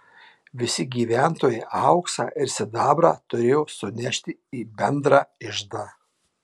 visi gyventojai auksą ir sidabrą turėjo sunešti į bendrą iždą